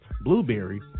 Blueberry